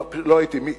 לא הייתי.